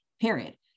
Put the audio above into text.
period